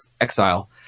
exile